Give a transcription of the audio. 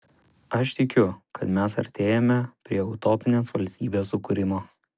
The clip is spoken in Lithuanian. aš tikiu kad mes artėjame prie utopinės valstybės sukūrimo